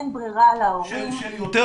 להורים אין ברירה אלא לקחת לשם את הילדים.